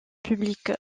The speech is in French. public